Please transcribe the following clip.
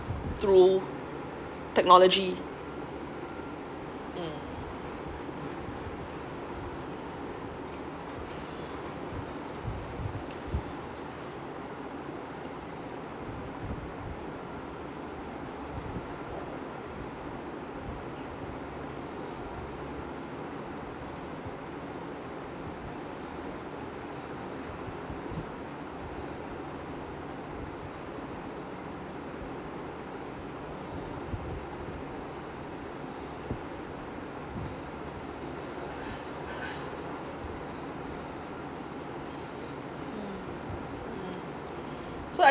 through technology mm mm so I